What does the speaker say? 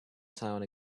town